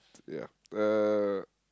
yeah uh